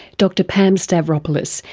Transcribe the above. dr pam stavropoulos,